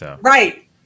Right